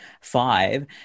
five